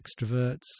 extroverts